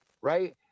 Right